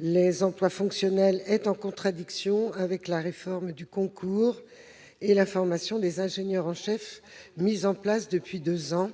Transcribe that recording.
les emplois fonctionnels est en contradiction avec la réforme du concours et de la formation des ingénieurs en chef, mise en place depuis deux ans